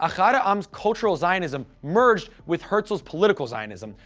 ah but um cultural zionism merged with herzl's political zionism.